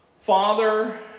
father